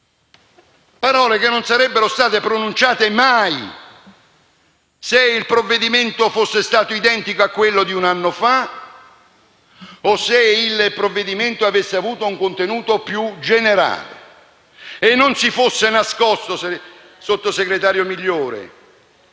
parole che non sarebbero state mai pronunciate se il provvedimento fosse stato identico a quello di un anno fa o se avesse avuto un contenuto più generale e non si fosse nascosto, sottosegretario Migliore,